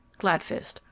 Gladfist